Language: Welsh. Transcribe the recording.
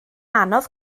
anodd